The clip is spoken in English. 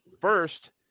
first